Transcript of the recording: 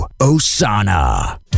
Osana